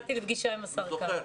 אני זוכר.